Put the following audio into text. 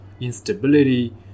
instability